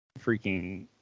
freaking